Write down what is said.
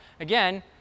Again